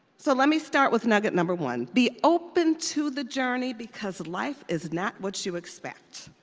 so let me start with nugget number one, be open to the journey because life is not what you expect.